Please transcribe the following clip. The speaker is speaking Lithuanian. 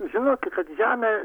žinokit kad žemė